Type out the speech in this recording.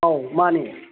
ꯑꯧ ꯃꯥꯅꯦ